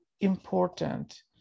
important